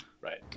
Right